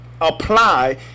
apply